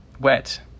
Wet